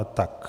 Tak.